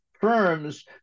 firms